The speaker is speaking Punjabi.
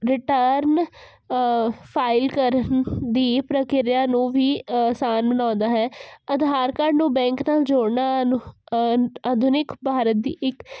ਰਿਟਾਰਨ ਫਾਈਲ ਕਰਨ ਦੀ ਪ੍ਰਕਿਰਿਆ ਨੂੰ ਵੀ ਆਸਾਨ ਬਣਾਉਂਦਾ ਹੈ ਆਧਾਰ ਕਾਰਡ ਨੂੰ ਬੈਂਕ ਨਾਲ ਜੋੜਨਾ ਅਨੁ ਅ ਆਧੁਨਿਕ ਭਾਰਤ ਦੀ ਇੱਕ